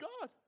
God